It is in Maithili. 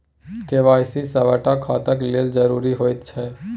के.वाई.सी सभटा खाताक लेल जरुरी होइत छै